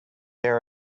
there